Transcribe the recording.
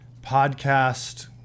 podcast